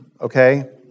okay